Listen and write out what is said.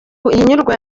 ntihinyurwa